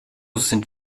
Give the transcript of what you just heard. sind